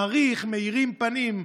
מעריך, מאירים פנים.